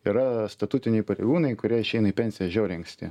yra statutiniai pareigūnai kurie išeina į pensiją žiauriai anksti